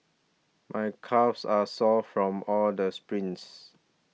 my calves are sore from all the sprints